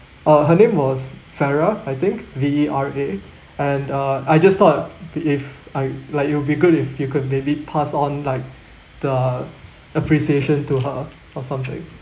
uh her name was vera I think V E R A and uh I just thought if I like you'll be good if you could maybe pass on like the appreciation to her or something